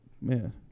man